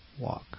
Walk